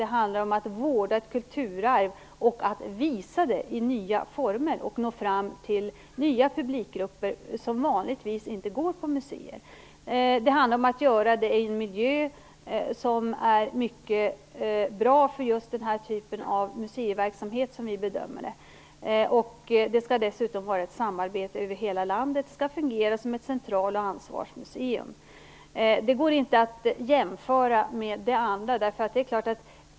Det handlar om att vårda ett kulturarv, om att visa det i nya former och om att nå fram till publikgrupper som vanligtvis inte går på museer. Det handlar om att göra det i en miljö som enligt vår bedömning är mycket bra för just den typen av museiverksamhet. Det skall dessutom vara ett samarbete över hela landet. Det skall fungera som ett central och ansvarsmuseum. Det ena går inte att jämföra med det där andra.